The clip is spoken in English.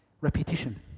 Repetition